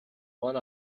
one